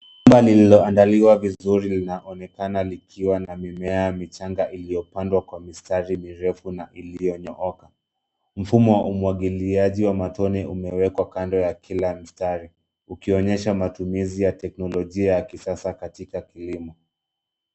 Shamba lililoandaliwa vizuri linaonekana likiwa na mimea michanga iliyopandwa kwa mistari mirefu na iliyonyooka. Mfumo wa umwagiliaji wa matone umewekwa kando ya kila mstari, ukionyesha matumizi ya kiteknolojia ya kisasa katika kilimo.